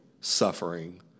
suffering